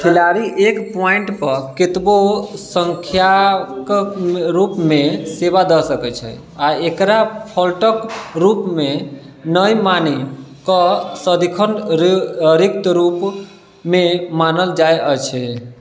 खिलाड़ी एक पॉइन्ट पऽ केतबो सङ्ख्या कऽ रूपमे सेवा दऽ सकैत छै आ एकरा फॉल्टक रूपमे नहि मानि कऽ सदिखन रिक्त रूपमे मानल जाइत अछि